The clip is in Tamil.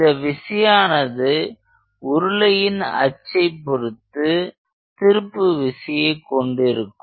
இந்த விசையானது உருளையின் அச்சை பொருத்து திருப்புவிசையை கொண்டிருக்கும்